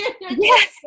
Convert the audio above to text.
yes